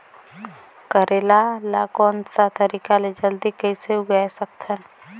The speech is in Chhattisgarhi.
करेला ला कोन सा तरीका ले जल्दी कइसे उगाय सकथन?